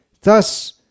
Thus